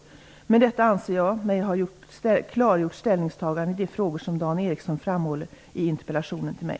Med detta anser jag mig ha klargjort mina ställningstaganden i de frågor som Dan Ericsson framhåller i interpellationen till mig.